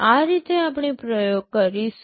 આ રીતે આપણે પ્રયોગ કરીશું